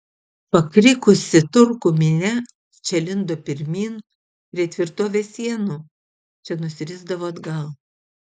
pakrikusi turkų minia čia lindo pirmyn prie tvirtovės sienų čia nusirisdavo atgal